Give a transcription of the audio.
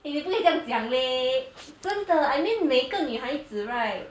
eh 你不可以这样讲 leh 真的 I mean 每个女孩子 right